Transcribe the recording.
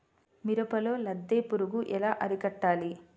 మిరపలో లద్దె పురుగు ఎలా అరికట్టాలి?